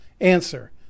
answer